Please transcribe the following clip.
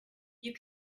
you